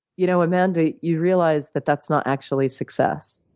you know, amanda, you realize that that's not actually success.